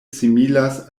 similas